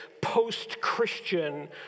post-Christian